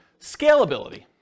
Scalability